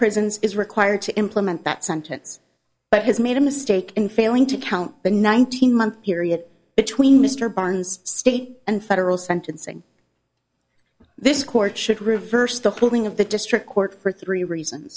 prisons is required to implement that sentence but has made a mistake in failing to count the nineteen month period between mr barnes state and federal sentencing this court should reverse the holding of the district court for three reasons